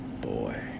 boy